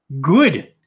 good